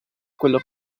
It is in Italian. quello